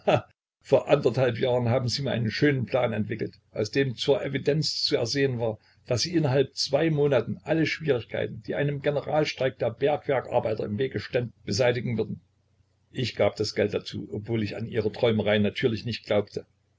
vor anderthalb jahren haben sie mir einen schönen plan entwickelt aus dem zur evidenz zu ersehen war daß sie innerhalb zwei monaten alle schwierigkeiten die einem generalstreik der bergwerkarbeiter im wege ständen beseitigen würden ich gab das geld dazu obwohl ich an ihre träumereien natürlich nicht glaubte